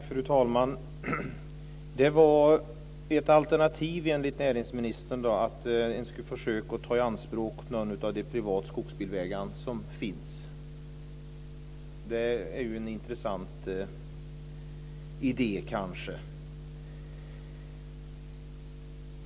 Fru talman! Enligt näringsministern är ett alternativ att försöka ta i anspråk någon av de privata skogsbilvägar som finns. Det kanske är en intressant idé.